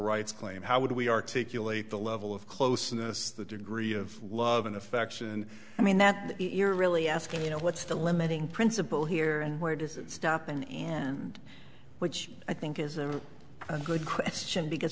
rights claim how would we articulate the level of closeness the degree of love and affection and i mean that you're really asking you know what's the limiting principle here and where does it stop and and which i think is a good question because